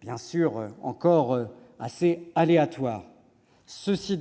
bien sûr encore assez aléatoire. Toutefois,